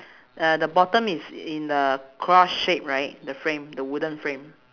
uh the bottom is in the cross shape right the frame the wooden frame